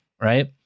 right